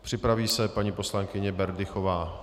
Připraví se paní poslankyně Berdychová.